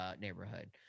neighborhood